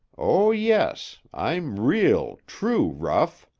oh, yes, i'm real, true rough.